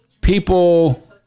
People